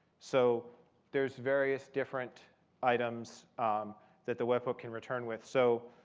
so there's various different items that the web hook can return with. so